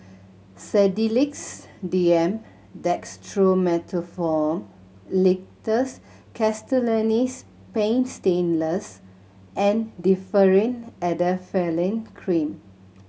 Sedilix D M Dextromethorphan Linctus Castellani's Paint Stainless and Differin Adapalene Cream